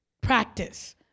Practice